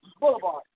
Boulevard